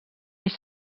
eix